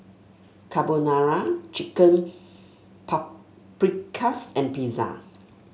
Carbonara Chicken Paprikas and Pizza